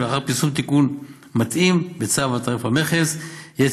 ולאחר פרסום תיקון מתאים בצו תעריף המכס יהיה